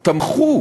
תמכו